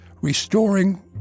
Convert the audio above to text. restoring